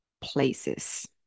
places